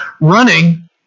running